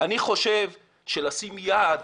אני חושב שלשים יעד